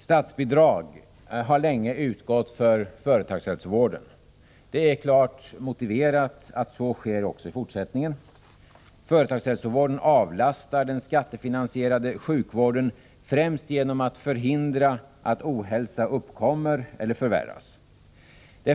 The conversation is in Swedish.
Statsbidrag har länge utgått för företagshälsovården. Det är klart motiverat att så sker också i fortsättningen. Företagshälsovården avlastar den skattefinansierade sjukvården främst genom att förhindra att ohälsa uppkommer eller förvärras.